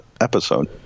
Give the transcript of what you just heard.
episode